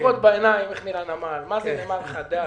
לראות בעיניים מה זה נמל חדש,